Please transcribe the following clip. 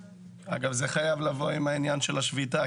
אגב, זה חייב לבוא עם העניין של השביתה.